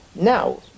Now